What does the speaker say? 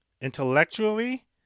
intellectually